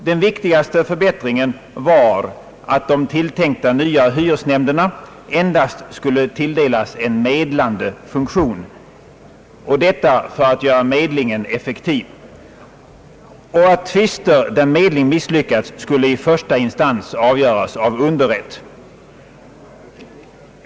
Den viktigaste förbättringen var att de tilltänkta nya hyresnämnderna endast skulle tilldelas en medlande funktion — detta för att göra medlingen effektiv — och att tvister där medling misslyckats skulle i första instans avgöras av underrätt.